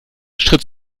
schritt